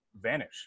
vanish